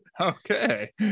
okay